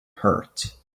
hurt